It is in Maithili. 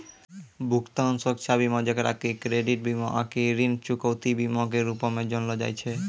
भुगतान सुरक्षा बीमा जेकरा कि क्रेडिट बीमा आकि ऋण चुकौती बीमा के रूपो से जानलो जाय छै